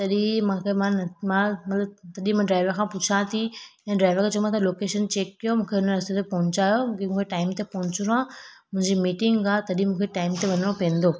तॾहिं मूंखे मां मां मतलबु तॾहिं मां ड्राइवर खां पुछां थी या ड्राइवर खे चयो मां लोकेशन चेक कयो मूंखे उन रस्ते ते पहुचायो मूंखे उहा टाइम ते पहुचणो आहे मुंहिंजी मीटिंग आहे तॾहिं मूंखे टाइम ते वञिणो पवंदो